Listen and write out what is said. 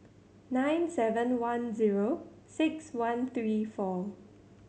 nine seven one zero six one three four